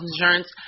insurance